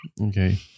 Okay